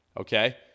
okay